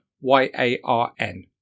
Y-A-R-N